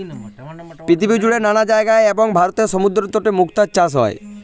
পৃথিবীজুড়ে নানা জায়গায় এবং ভারতের সমুদ্রতটে মুক্তার চাষ হয়